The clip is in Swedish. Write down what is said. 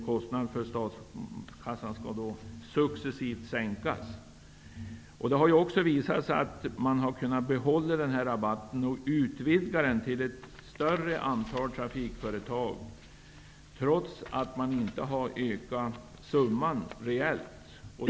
Kostnaderna för statskassan sänks då successivt. Det har visat sig att denna rabatt har kunnat behållas och utvidgas till ett större antal trafikföretag, trots att summan reellt inte har ökat.